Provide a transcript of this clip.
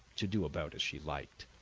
to do about as she liked.